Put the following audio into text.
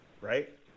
right